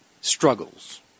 struggles